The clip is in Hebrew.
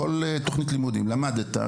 למדת,